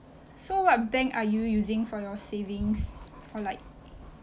so what bank are you using for your savings or like